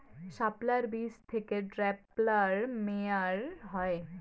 শাপলার বীজ থেকে ঢ্যাপের মোয়া হয়?